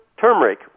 turmeric